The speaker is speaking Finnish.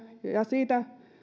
ja ja siitä